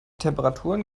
temperaturen